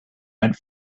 went